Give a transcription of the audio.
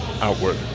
outward